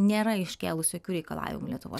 nėra iškėlus jokių reikalavimų lietuvos